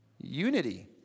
Unity